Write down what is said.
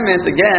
again